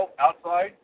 outside